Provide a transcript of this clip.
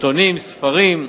עיתונים וספרים,